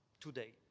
today